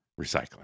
recycling